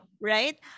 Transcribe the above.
Right